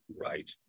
right